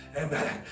amen